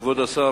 כבוד השר,